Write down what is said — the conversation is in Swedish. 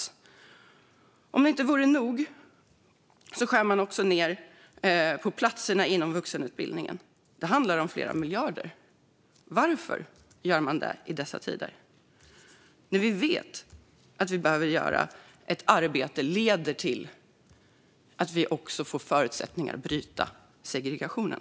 Som om inte detta vore nog skär man också ned på platserna inom vuxenutbildningen. Det handlar om flera miljarder. Varför gör man det i dessa tider, när vi vet att arbete leder till att vi också får förutsättningar att bryta segregationen?